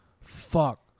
fuck